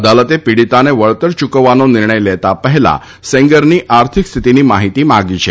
અદાલતે પીડીતાને વળતર યૂકવવાનો નિર્ણય લેતા પહેલાં સેંગરની આર્થિક સ્થિતિની માહીતી માંગી છે